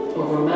over